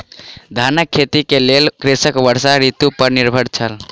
धानक खेती के लेल कृषक वर्षा ऋतू पर निर्भर छल